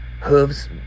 hooves